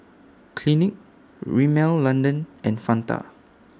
Clinique Rimmel London and Fanta